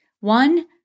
One